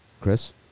Chris